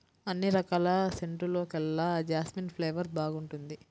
అన్ని రకాల సెంటుల్లోకెల్లా జాస్మిన్ ఫ్లేవర్ బాగుంటుంది